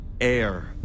Air